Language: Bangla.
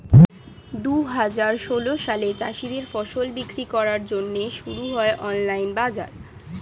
দুহাজার ষোল সালে চাষীদের ফসল বিক্রি করার জন্যে শুরু হয় অনলাইন বাজার